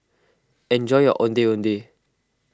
enjoy your Ondeh Ondeh